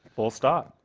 full stop.